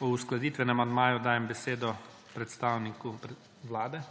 O uskladitvenem amandmaju dajem besedo predstavniku Vlade.